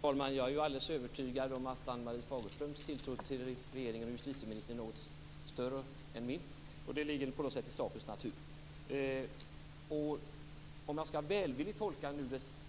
Fru talman! Jag är alldeles övertygad om att Ann Marie Fagerströms tilltro till regeringen och justitieministern är något större än min; det ligger på något sätt i sakens natur. För att välvilligt tolka